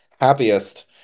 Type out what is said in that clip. happiest